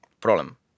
problem